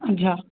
अच्छा